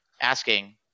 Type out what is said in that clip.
asking